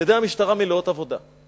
ידי המשטרה מלאות עבודה.